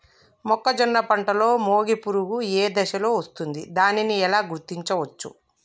మొక్కజొన్న పంటలో మొగి పురుగు ఏ దశలో వస్తుంది? దానిని ఎలా గుర్తించవచ్చు?